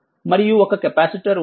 మరియు ఒక కెపాసిటర్ ఉంది